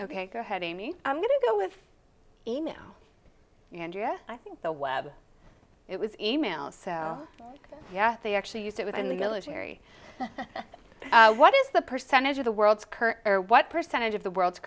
ok go ahead amy i'm going to go with me now andrea i think the web it was e mails so yes they actually used it within the military what is the percentage of the world's current or what percentage of the world's